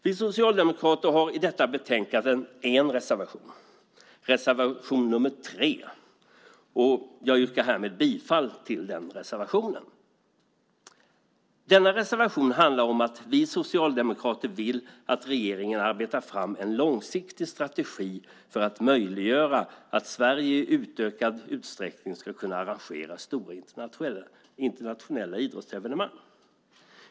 Vi socialdemokrater har i detta betänkande en reservation, reservation 3, som jag yrkar bifall till. Denna reservation handlar om att vi socialdemokrater vill att regeringen arbetar fram en långsiktig strategi för att möjliggöra att Sverige i ökad utsträckning ska kunna arrangera stora internationella idrottsevenemang.